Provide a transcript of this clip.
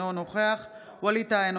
אינו נוכח ווליד טאהא,